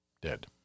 dead